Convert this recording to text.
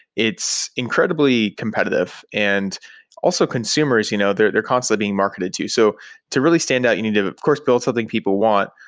incredibly competitive, and also consumers, you know they're they're constantly being marketed to you. so to really standout, you need to, of course, build something people want,